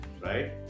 right